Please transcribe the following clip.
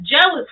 jealous